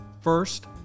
First